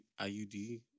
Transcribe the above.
iud